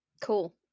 Cool